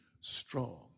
strong